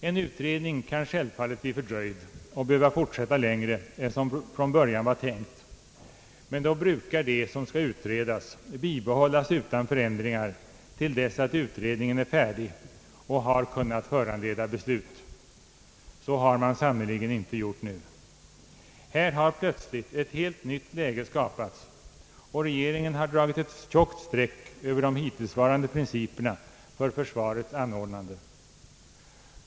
En utredning kan självfallet bli fördröjd och behöva fortsätta längre än som från början var tänkt, men då brukar det, som skall utredas, bibehållas utan förändringar till dess att utredningen är färdig och har kunnat föranleda beslut. Så har man sannerligen inte gjort nu. Här har plötsligt ett helt nytt läge skapats och regeringen dragit ett tjockt streck över de hittillsvarande principerna för försvarets anordnande.